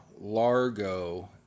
Largo